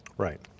Right